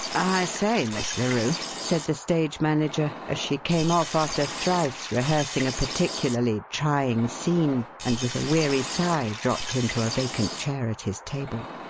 i say, miss larue, said the stage manager as she came off after thrice rehearsing a particularly trying scene, and, with a weary sigh, dropped into a vacant chair at his table,